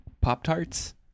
Pop-Tarts